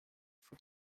from